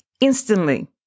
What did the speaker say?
Instantly